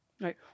Right